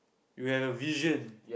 you have a vision